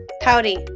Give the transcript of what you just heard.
Howdy